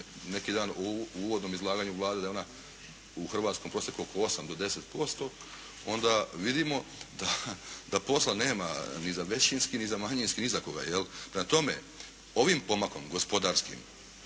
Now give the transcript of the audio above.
neki dan u uvodnom izlaganju Vlade da je ona u hrvatskom prosjeku oko 8 do 10% onda vidimo da posla nema ni za većinski, ni za manjinski, ni za koga. Jel? Prema tome, ovim pomakom gospodarskim